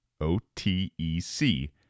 OTEC